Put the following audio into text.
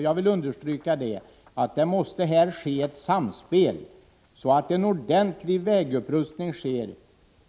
Jag vill understryka att det här måste ske ett samspel, så att en ordentlig vägupprustning sker,